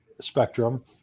spectrum